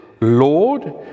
Lord